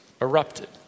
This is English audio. erupted